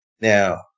Now